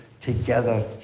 together